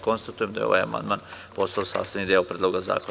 Konstatujem da je ovaj amandman postao sastavni deo Predloga zakona.